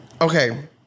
Okay